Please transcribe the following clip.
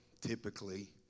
typically